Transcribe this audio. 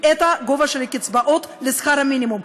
את הגובה של הקצבאות לשכר המינימום.